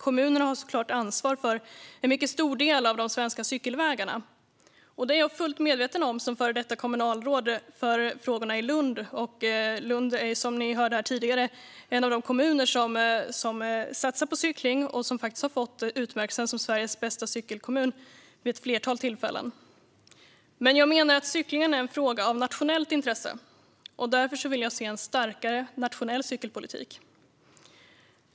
Kommunerna har såklart ansvar för en mycket stor del av de svenska cykelvägarna; det är jag fullt medveten om som före detta kommunalråd för frågorna i Lund. Lund är, som ni hörde här tidigare, en av de kommuner som satsar på cykling, och man har vid ett flertal tillfällen fått utmärkelsen som Sveriges bästa cykelkommun. Men jag menar att cyklingen är en fråga av nationellt intresse, och därför vill jag se en starkare nationell cykelpolitik.